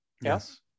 yes